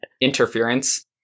interference